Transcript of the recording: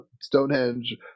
Stonehenge